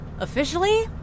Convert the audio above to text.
Officially